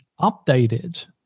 updated